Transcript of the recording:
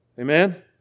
Amen